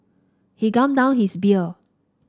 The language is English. he gulped down his beer